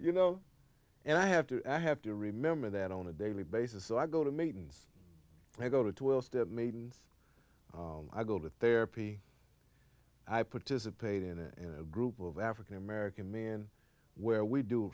you know and i have to i have to remember that on a daily basis so i go to meetings i go to twelve step meetings i go to therapy i participate in a group of african american man where we do